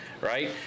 Right